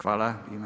Hvala.